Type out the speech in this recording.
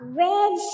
red